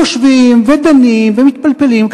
יושבים ודנים ומתפלפלים,